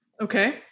Okay